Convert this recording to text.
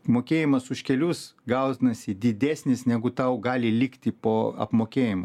mokėjimas už kelius gaunasi didesnis negu tau gali likti po apmokėjimo